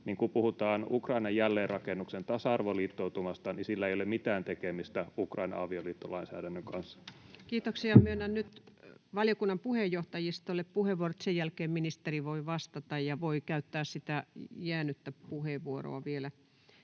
kun puhutaan Ukrainan jälleenrakennuksen tasa-arvoliittoutumasta, niin sillä ei ole mitään tekemistä Ukrainan avioliittolainsäädännön kanssa. [Vasemmistoliiton ryhmästä: Hyvä puhe!] Kiitoksia. — Myönnän nyt valiokunnan puheenjohtajistolle puheenvuorot. Sen jälkeen ministeri voi vastata ja voi käyttää sitä kesken jäänyttä puheenvuoroaan vielä